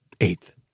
eighth